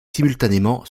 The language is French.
simultanément